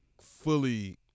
fully